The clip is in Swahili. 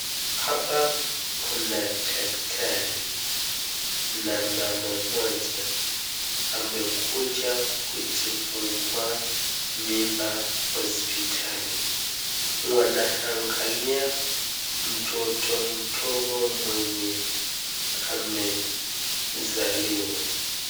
Hapa kuna daktari na mama mmoja amekuja kujifungua mimba hospitali, wanaangalia mtoto mdogo mwenye amezaliwa.